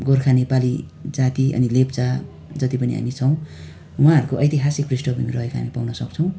गोर्खा नेपाली जाति अनि लेप्चा जति पनि हामी छौँ उहाँहरूको ऐतिहासिक पृष्ठभूमि रहेको हामी पाउन सक्छौँ